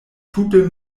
tute